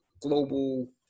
global